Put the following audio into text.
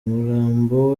umurambo